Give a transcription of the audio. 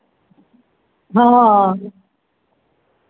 હહહ